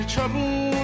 trouble